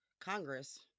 Congress